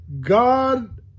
God